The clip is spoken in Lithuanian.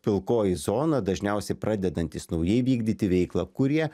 pilkoji zona dažniausiai pradedantys naujai vykdyti veiklą kurie